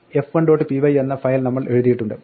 py എന്ന file നമ്മൾ എഴുതിയിട്ടുണ്ട്